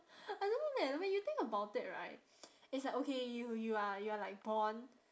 I don't know leh when you think about it right it's like okay you you are you are like born